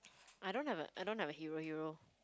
I don't have a I don't have a hero hero